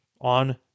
on